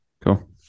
cool